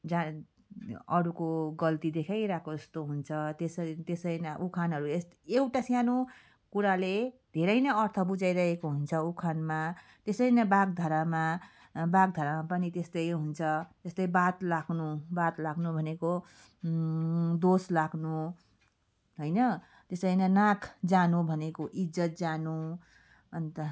जा अरूको गल्ती देखाइरहेको जस्तो हुन्छ तेसरी तेसरी नै उखानहरू यस्तो एउटा सानो कुराले धेरै नै अर्थ बुझाइरहेको हुन्छ उखानमा त्यसरी नै बाग्धारामा बाग्धारामा पनि त्यस्तै हुन्छ जस्तै बात लाग्नु बात लाग्नु भनेको दोष लाग्नु होइन त्यसरी नै नाक जानु भनेको इज्जत जानु अन्त